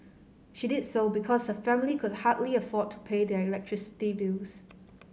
she did so because her family could hardly afford to pay their electricity bills